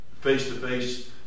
face-to-face